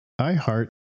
iHeart